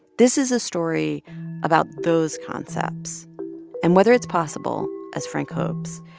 this is a story about those concepts and whether it's possible, as frank hopes,